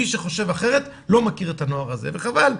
מי שחושב אחרת, לא מכיר את הנוער הזה, וחבל.